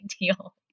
deal